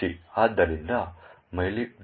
ಆದ್ದರಿಂದ mylib